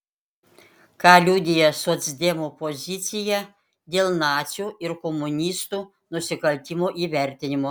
ką liudija socdemų pozicija dėl nacių ir komunistų nusikaltimų įvertinimo